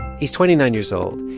he's twenty nine years old.